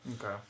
Okay